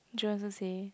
jerome also say